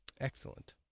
Excellent